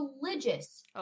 religious